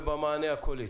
ובמענה הקולי.